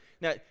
Now